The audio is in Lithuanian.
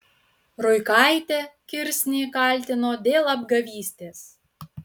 ruikaitė kirsnį kaltino dėl apgavystės